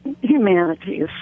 humanities